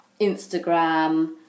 Instagram